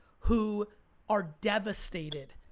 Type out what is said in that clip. who are devastated,